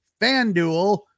FanDuel